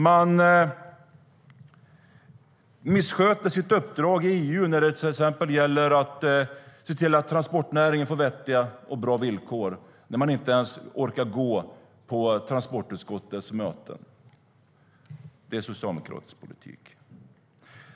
De missköter sitt uppdrag i EU när det till exempel gäller att se till att transportnäringen får vettiga och bra villkor när de inte ens orkar gå till transportutskottets möten. Det är socialdemokratisk politik.